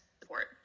support